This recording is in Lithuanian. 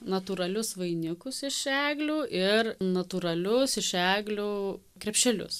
natūralius vainikus iš eglių ir natūralius iš eglių krepšelius